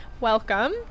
Welcome